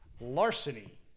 Larceny